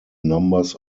numbers